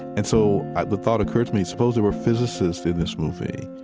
and so the thought occurred to me, suppose there were physicists in this movie.